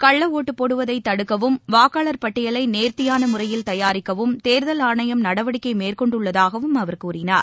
கள்ளஒட்டுபோடுவதைதடுக்கவும் வாக்காளர் பட்டியலைநேர்த்தியானமுறையில் தயாரிக்கவும் தேர்தல் ஆணையம் நடவடிக்கைமேற்கொண்டுள்ளதாகவும் அவர் கூறினார்